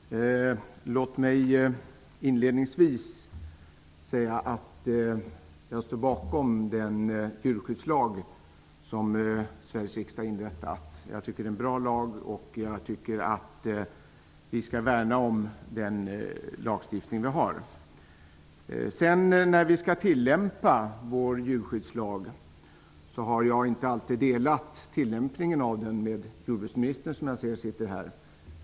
Herr talman! Låt mig inledningsvis säga att jag står bakom den djurskyddslag som Sveriges riksdag har stiftat. Jag tycker att det är en bra lag och att vi skall om värna om den lagstiftning som vi har. Jag har dock inte haft samma syn på tillämpningen av djurskyddslagen som jordbruksministern, som nu är närvarande i kammaren.